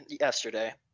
yesterday